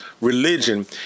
Religion